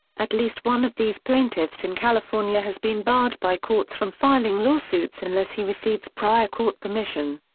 at least one of these plaintiffs in california has been barred by courts from filing lawsuits unless he receives prior court permission.